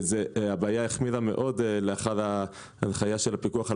הבעיה החמירה מאוד לאחר ההנחיה של הפיקוח על